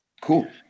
cool